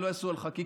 שלא יעשו על חקיקה,